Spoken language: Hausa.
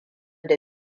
da